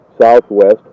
southwest